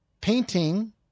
painting